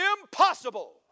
impossible